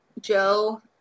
Joe